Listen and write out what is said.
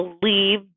believe